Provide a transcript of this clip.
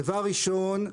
דבר ראשון,